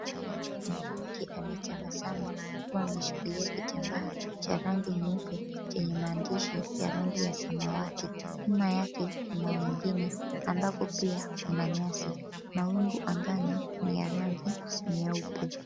Mwanamke ametabasamu akiwa ameshikilia kitambaa cha rangi nyeupe chenye maandishi ya rangi ya samawati. Nyuma yake kuna wengine ambako pia kuna nyasi. Mawingu angani ni ya rangi nyeupe.